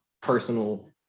personal